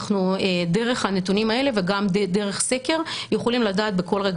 אנחנו דרך הנתונים האלה וגם דרך סקר יכולים לדעת בכל רגע